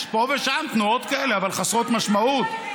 יש פה ושם תנועות כאלה, אבל חסרות משמעות.